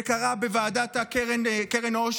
זה קרה בוועדת קרן העושר,